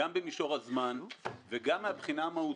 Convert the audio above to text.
גם במישור הזמן וגם מן הבחינה המהותית.